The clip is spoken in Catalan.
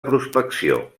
prospecció